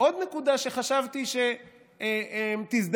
עוד נקודה שחשבתי שתזדעקו,